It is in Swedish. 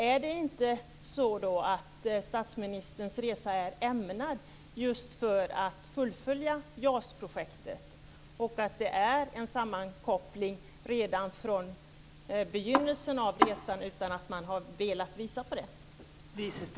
Är det inte så att statsministerns resa är ämnad just för att man ska fullfölja JAS-projektet? Har det inte varit en sammankoppling redan från begynnelsen av resan utan att man har velat visa på det?